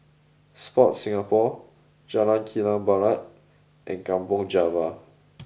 sport Singapore Jalan Kilang Barat and Kampong Java